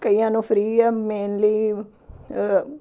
ਕਈਆਂ ਨੂੰ ਫਰੀ ਹੈ ਮੇਨਲੀ